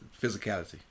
physicality